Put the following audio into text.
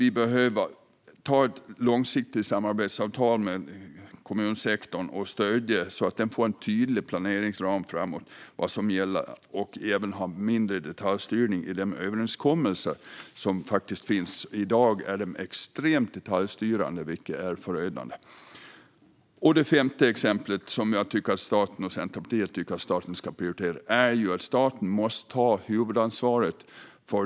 Vi behöver sluta ett långsiktigt samarbetsavtal med kommunsektorn och stödja den så att det finns en tydlig planeringsram framåt. Kommunerna ska veta vad som gäller, och det ska även vara mindre detaljstyrning i de överenskommelser som faktiskt finns. I dag är de extremt detaljstyrande, vilket är förödande. Det femte området som jag och Centerpartiet tycker att staten ska prioritera är digitaliseringen, som staten måste ta huvudansvaret för.